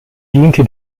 diente